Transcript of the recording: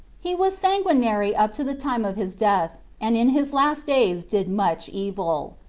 he was sanguinary up to the time of his death, and in his last days did much evil.